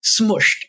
smushed